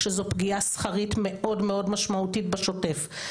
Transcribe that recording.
שזו פגיעה בשכר מאוד מאוד משמעותית בשוטף.